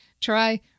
try